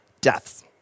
deaths